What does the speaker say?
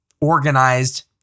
organized